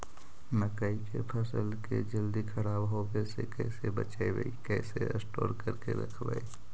मकइ के फ़सल के जल्दी खराब होबे से कैसे बचइबै कैसे स्टोर करके रखबै?